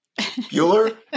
Bueller